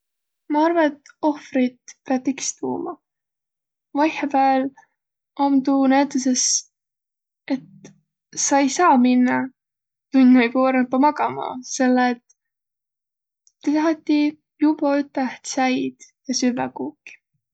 Ma arva, et ohvriid piät iks tuuma. Vaihõpääl om tuu näütüses, et sa-i saaq minnäq tunn aigu varrampa magama, selle et ti tahati juvvaq üteh tsäid ja süvväq kuuki.